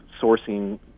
sourcing